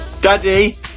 Daddy